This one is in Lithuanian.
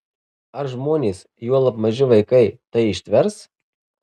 ar žmonės juolab maži vaikai tai ištvers